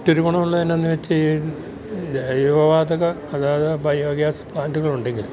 മറ്റൊരു ഗുണമുള്ളതെന്താണെന്ന് വെച്ചുകഴിഞ്ഞാല് ജൈവ വാതക അതായത് ബയോഗ്യാസ് പ്ലാൻറ്റുകൾ ഉണ്ടെങ്കിൽ